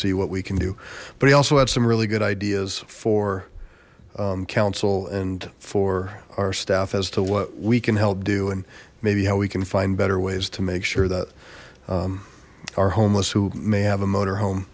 see what we can do but he also had some really good ideas for council and for our staff as to what we can help do and maybe how we can find better ways to make sure that our homeless who may have a motor home